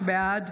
בעד